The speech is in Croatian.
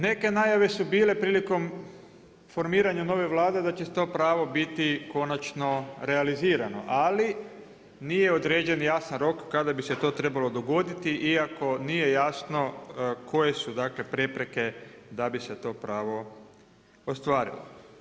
Neke najave su bile prilikom formiranje nove Vlade da će to pravo biti konačno realizirano, ali nije određen jasan rok, kada bi se to trebalo dogoditi iako nije jasno koje su prepreke, da bi se to pravo ostvarilo.